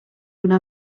una